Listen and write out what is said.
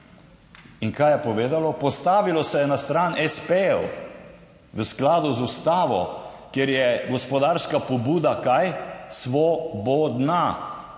In kaj je povedalo? Postavilo se je na stran espejev v skladu z Ustavo, kjer je gospodarska pobuda - kaj? - svobodna.